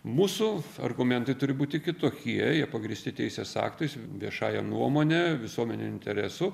mūsų argumentai turi būti kitokie jie pagrįsti teisės aktais viešąja nuomone visuomeniniu interesu